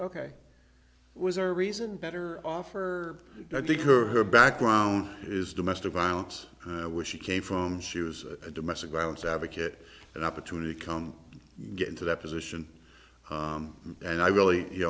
ok was our reason better off for i think her background is domestic violence which she came from she was a domestic violence advocate and opportunity come get into that position and i really you